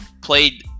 played